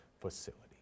facility